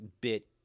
bit